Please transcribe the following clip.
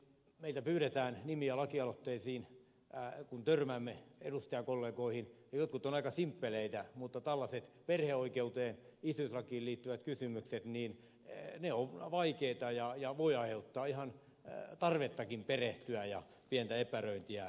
meiltä pyydetään nimiä lakialoitteisiin kun törmäämme edustajakollegoihin ja jotkut ovat aika simppeleitä mutta tällaiset perheoikeuteen isyyslakiin liittyvät kysymykset ovat vaikeita ja voivat aiheuttaa ihan tarvettakin perehtyä ja pientä epäröintiä